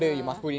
ya